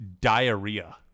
diarrhea